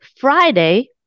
Friday